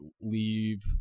leave